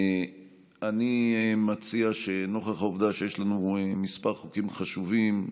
אני מציע שנוכח העובדה שיש לנו כמה חוקים חשובים,